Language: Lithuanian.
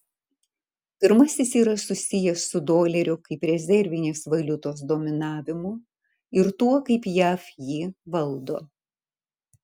pirmasis yra susijęs su dolerio kaip rezervinės valiutos dominavimu ir tuo kaip jav jį valdo